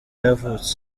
yavutse